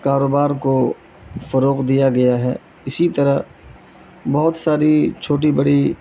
کاروبار کو فروغ دیا گیا ہے اسی طرح بہت ساری چھوٹی بڑی